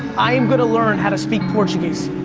i am gonna learn how to speak portuguese.